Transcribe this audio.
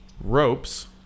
ropes